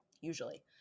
usually